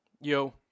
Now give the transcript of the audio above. Yo